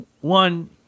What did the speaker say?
one